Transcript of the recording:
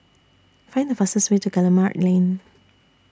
Find The fastest Way to Guillemard Lane